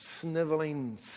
sniveling